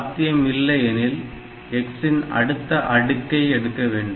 சாத்தியம் இல்லை எனில் x ன் அடுத்த அடுக்கை எடுக்கவேண்டும்